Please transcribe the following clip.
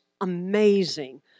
amazing